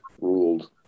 ruled